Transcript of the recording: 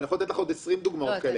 אני יכול לתת לך עוד 20 דוגמאות כאלו.